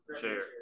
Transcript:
chair